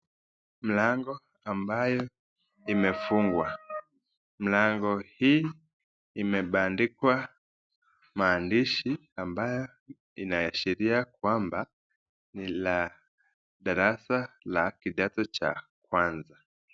Mlango ambayo imefungwa, mlango hii imebandikwa maandishi ambayo inaashiria kwamba nila darasa la kidato cha kwanza.